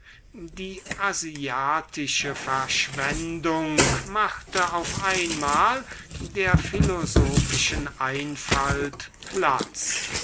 die asiatische verschwendung machte auf einmal der philosophischen einfalt platz